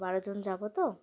বারো জন যাবো তো